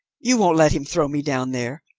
you won't let him throw me down there?